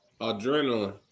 Adrenaline